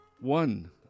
one